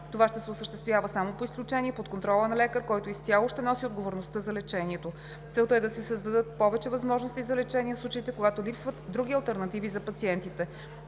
Това ще се осъществява само по изключение, под контрола на лекар, който изцяло ще носи отговорността за лечението. Целта е да се създадат повече възможности за лечение в случаите, когато липсват други алтернативи за пациентите.